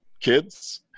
kids